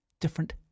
different